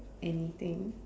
anything